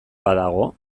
badago